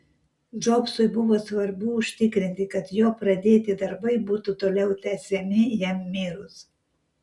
džobsui buvo svarbu užtikrinti kad jo pradėti darbai būtų toliau tęsiami jam mirus